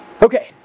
Okay